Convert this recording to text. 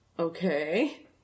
Okay